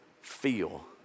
feel